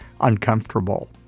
uncomfortable